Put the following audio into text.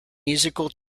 musical